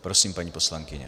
Prosím, paní poslankyně.